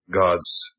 God's